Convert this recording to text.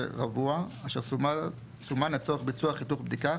רבוע אשר סומן לצורך ביצוע חיתוך בדיקה,